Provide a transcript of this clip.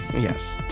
Yes